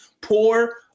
poor